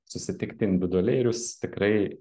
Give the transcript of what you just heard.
susitikti individualiai ir jūs tikrai